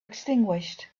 extinguished